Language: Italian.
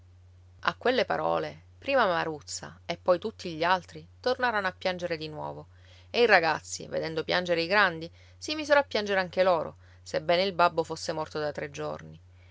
a quelle parole prima maruzza e poi tutti gli altri tornarono a piangere di nuovo e i ragazzi vedendo piangere i grandi si misero a piangere anche loro sebbene il babbo fosse morto da tre giorni